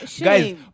Guys